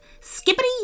skippity